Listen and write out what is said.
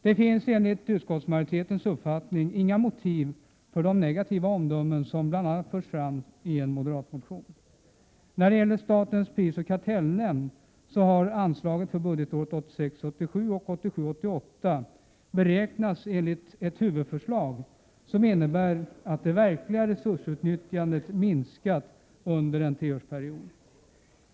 Det finns enligt utskottsmajoritetens uppfattning inga motiv för de negativa omdömen som bl.a. förs fram i en moderat motion. När det gäller statens prisoch kartellnämnd har anslagen för budgetåren 1986 88 beräknats enligt ett huvudförslag som innebär att det verkliga resursutnyttjandet minskar under en treårsperiod.